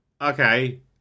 Okay